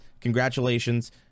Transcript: Congratulations